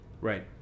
Right